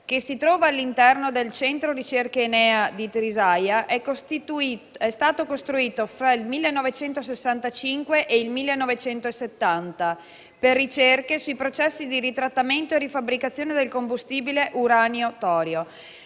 che si trova all'interno del centro ricerche ENEA della Trisaia, è stato costruito fra il 1965 e il 1970 per ricerche sui processi di ritrattamento e rifabbricazione del combustibile uranio-torio.